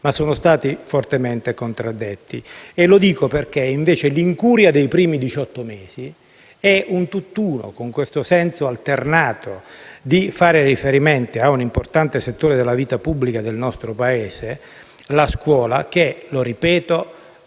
ma sono stati fortemente contraddetti. Lo dico perché l'incuria dei primi diciotto mesi è un tutt'uno con questo senso alternato di fare riferimento a un importante settore della vita pubblica del nostro Paese, la scuola, che, ripetendomi